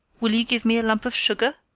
will you give me a lump of sugar?